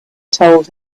told